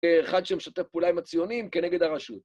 אחד שמשתף פעולה עם הציונים כנגד הרשות.